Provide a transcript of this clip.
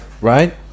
Right